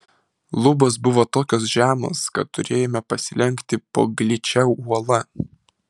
lubos buvo tokios žemos kad turėjome pasilenkti po gličia uola